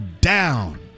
down